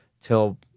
till